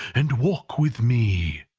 and walk with me!